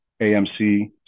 amc